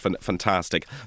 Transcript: fantastic